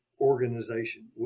organization